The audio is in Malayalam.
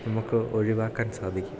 നമുക്ക് ഒഴിവാക്കാൻ സാധിക്കും